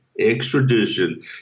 extradition